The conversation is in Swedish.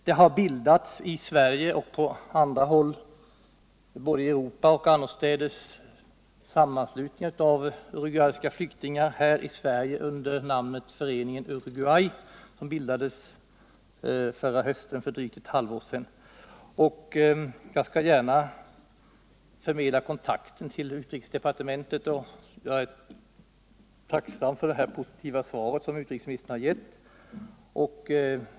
Det har i Sverige och på andra håll — både i Europa och annorstädes — bildats sammanslutningar av uruguayska flyktingar, här i Sverige under namnet Föreningen Uruguay. Föreningen bildades förra hösten, alltså för drygt ett halvår sedan. Jag skall gärna förmedla kontakten till utrikesdepartementet, och jag är tacksam för det positiva svar som utrikesministern har gett.